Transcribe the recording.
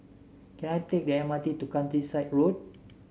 can I take the M R T to Countryside Road